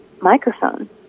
microphone